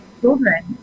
children